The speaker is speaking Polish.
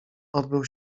odbył